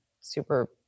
super